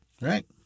right